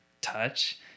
touch